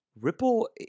Ripple